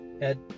Ed